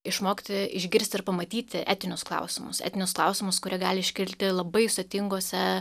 išmokti išgirsti ir pamatyti etinius klausimus etinius klausimus kurie gali iškilti labai sudėtingose